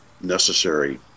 necessary